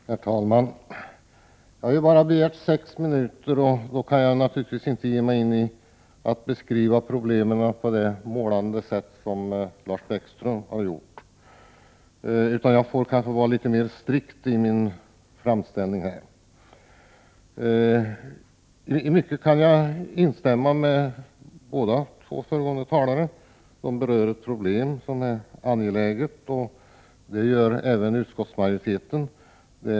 Herr talman! Jag har ju bara begärt sex minuter och kan naturligtvis inte ge mig in på att beskriva problemen på samma målande sätt som Lars Bäckström har gjort, utan jag får vara litet mer strikt i min framställning. I mycket kan jag instämma med båda föregående talare. De berör ett problem som är angeläget — och det gör även utskottsmajoriteten.